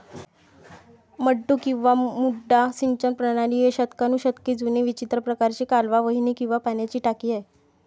मड्डू किंवा मड्डा सिंचन प्रणाली ही शतकानुशतके जुनी विचित्र प्रकारची कालवा वाहिनी किंवा पाण्याची टाकी आहे